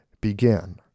begin